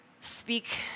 speak